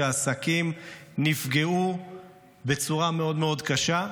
שהעסקים נפגעו בצורה מאוד מאוד קשה.